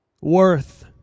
worth